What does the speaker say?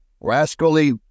rascally